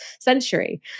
century